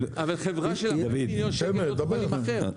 חברה של 40 מיליון שקל לא תוכל להימכר.